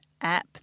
app